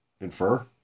Infer